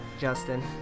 Justin